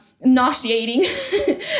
nauseating